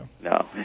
No